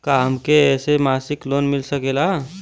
का हमके ऐसे मासिक लोन मिल सकेला?